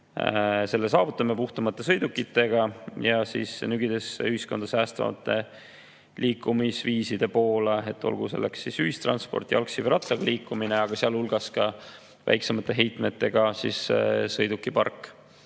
Selle saavutame puhtamate sõidukitega, nügides ühiskonda säästvate liikumisviiside poole, olgu selleks ühistranspordiga, jalgsi või rattaga liikumine, aga sealhulgas on ka väiksemate heitmetega sõidukipark.